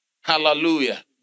Hallelujah